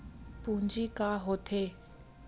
पूंजी का होथे?